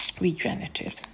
regenerative